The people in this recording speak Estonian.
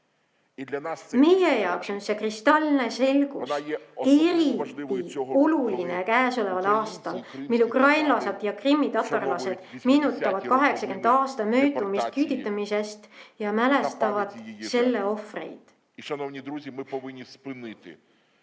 Meie jaoks on see kristalne selgus eriti oluline käesoleval aastal, mil ukrainlased ja krimmitatarlased meenutavad 80 aasta möödunud küüditamisest ja mälestavad selle ohvreid.